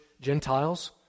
Gentiles